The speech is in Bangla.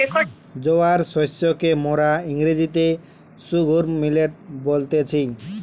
জোয়ার শস্যকে মোরা ইংরেজিতে সর্ঘুম মিলেট বলতেছি